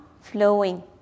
flowing